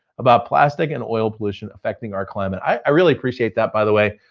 about plastic and oil pollution affecting our climate. i really appreciate that, by the way.